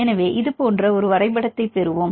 எனவே இது போன்ற ஒரு வரைபடத்தைப் பெறுவோம்